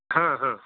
ହଁ ହଁ